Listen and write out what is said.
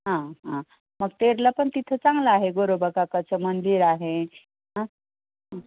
हां हां मग तेरला पण तिथं चांगलं आहे गोरोबाकाकाचं मंदिर आहे हां हं